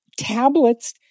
tablets